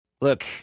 Look